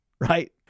right